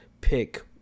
pick